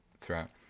throughout